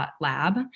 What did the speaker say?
Lab